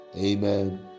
Amen